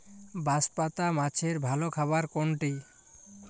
বাঁশপাতা মাছের ভালো খাবার কোনটি?